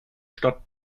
stadt